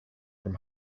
from